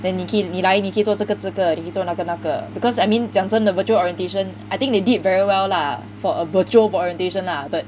then 你可以你来你可以做这个这个你可以做那个那个 because I mean 讲真的 virtual orientation I think they did very well lah for a virtual orientation lah but